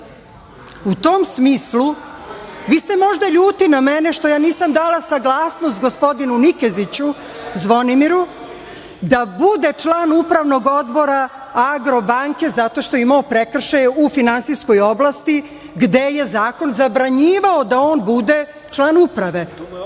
u tom smislu. Vi ste možda ljuti na mene što ja nisam dala saglasnost gospodinu Nikeziću Zvonimiru da bude član Upravnog odbora „Agrobanke“, zato što je imao prekršaje u finansijskoj oblasti, gde je zakon zabranjivao da on bude član